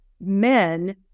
men